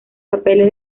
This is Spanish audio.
papeles